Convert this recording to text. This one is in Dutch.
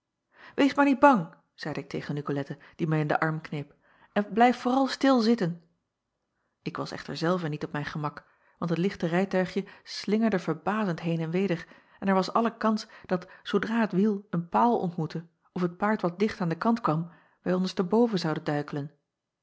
ees maar niet bang zeide ik tegen icolette die mij in den arm kneep en blijf vooral stil zitten k was echter zelve niet op mijn gemak want het lichte rijtuigje slingerde verbazend heen en weder en er was alle kans dat zoodra het wiel een paal ontmoette of het paard wat dicht aan den kant kwam wij onderste boven zouden duikelen